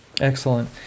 Excellent